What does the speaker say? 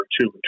two